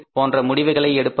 போன்ற முடிவுகளை எடுப்பது